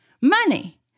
money